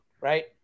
Right